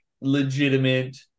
legitimate